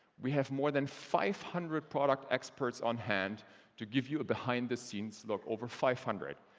we have more than five hundred product experts on hand to give you a behind-the-scenes look. over five hundred.